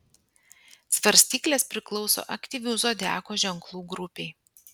svarstyklės priklauso aktyvių zodiako ženklų grupei